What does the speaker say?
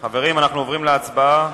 חברים, אנחנו עוברים להצבעה.